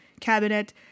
cabinet